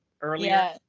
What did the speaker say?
earlier